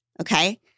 Okay